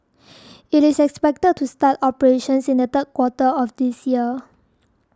it is expected to start operations in the third quarter of this year